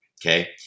Okay